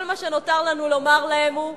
כל מה שנותר לנו לומר להם הוא,